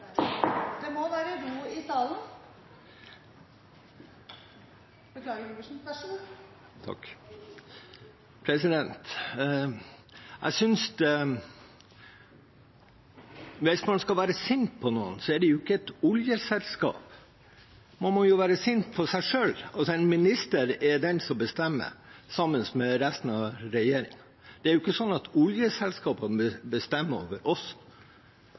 Det må være ro i salen. Vær så god, Adelsten Iversen. Hvis man skal være sint på noen, så er det ikke et oljeselskap man skal være sint på. Man må være sint på seg selv. Det er ministeren, sammen med resten av regjeringen, som bestemmer. Det er ikke oljeselskapene som bestemmer over oss